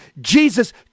Jesus